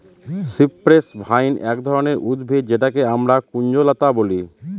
cypress vine এক ধরনের উদ্ভিদ যেটাকে আমরা কুঞ্জলতা বলি